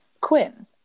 Quinn